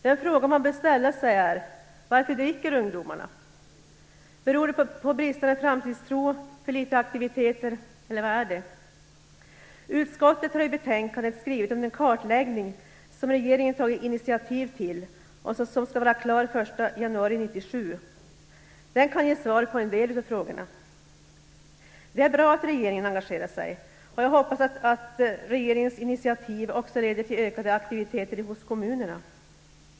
Den fråga man bör ställa sig är: Utskottet har i betänkandet skrivit om den kartläggning som regeringen tagit initiativ till och som skall vara klar den 1 januari 1997. Den kan ge svar på en del av frågorna. Det är bra att regeringen engagerar sig, och jag hoppas att regeringens initiativ också leder till ökade aktiviteter hos kommunerna.